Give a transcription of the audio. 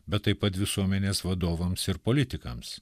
bet taip pat visuomenės vadovams ir politikams